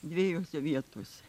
dviejose vietose